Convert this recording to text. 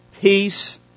peace